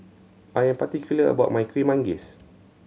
I am particular about my Kuih Manggis